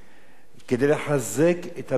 לחזק את הבניין,